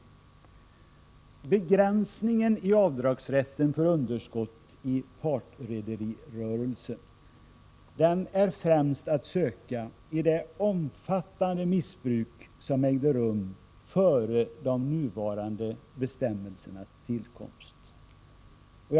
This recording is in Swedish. Skälet till begränsning av avdragsrätten för underskott i partrederirörelse är främst att söka i det omfattande missbruk som ägde rum före de nuvarande bestämmelsernas tillkomst.